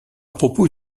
propos